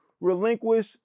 relinquish